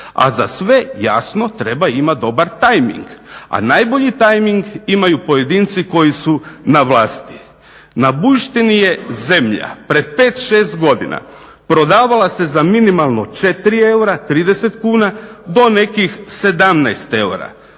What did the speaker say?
A za sve, jasno, treba imati dobar tajming. A najbolji tajming imaju pojedinci koji su na vlasti. Na Bujštini je zemlja pred 5, 6 godina prodavala se za minimalno 4 eura, 30 kuna, do nekih 17 eura.